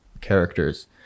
characters